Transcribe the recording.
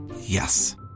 Yes